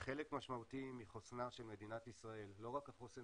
חלק משמעותי מחוסנה של מדינת ישראל, לא רק החוסן